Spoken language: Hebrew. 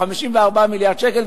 54 מיליארד שקל,